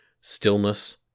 stillness